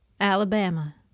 Alabama